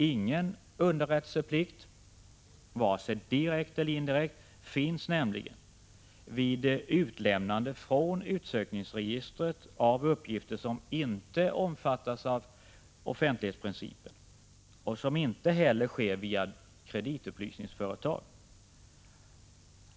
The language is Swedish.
Ingen underrättelseplikt — vare sig direkt eller indirekt — finns nämligen vid utlämnande från utsökningsregistret av uppgifter som inte omfattas av offentlighetsprincipen och som inte heller sker via kreditupplysningsföretag.